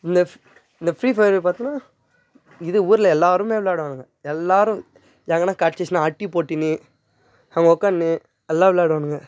இந்த ஃப் இந்த ஃப்ரீ ஃபயர் பார்த்துன்னா இது ஊரில் எல்லாேருமே விளாடுவானுங்க எல்லாேரும் எங்கேன்னா கிடச்சிச்சின்னா போட்டி போட்டின்னு அங்கே உட்காந்துன்னு எல்லாேரும் விளாடுவானுங்க